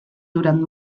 durant